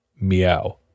meow